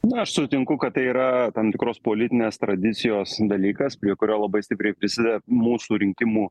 na aš sutinku kad tai yra tam tikros politinės tradicijos dalykas prie kurio labai stipriai prisideda mūsų rinkimų